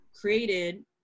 created